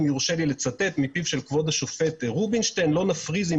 אם יורשה לי לצטט מפיו של כבוד השופט רובינשטיין: "לא נפריז אם